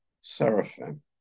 seraphim